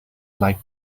like